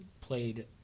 Played